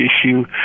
issue